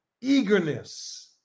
Eagerness